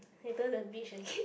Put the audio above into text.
later the beach again